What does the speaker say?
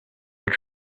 with